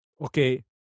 Okay